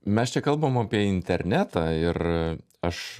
mes čia kalbam apie internetą ir aš